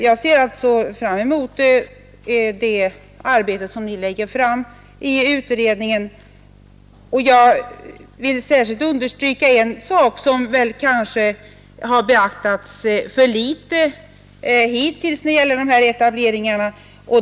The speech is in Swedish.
Jag ser alltså fram emot det arbetsresultat som utredningen snart presenterar. Jag vill särskilt understryka en sak, som kanske har beaktats för litet hittills när det gäller de här etableringarna.